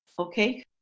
Okay